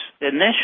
initially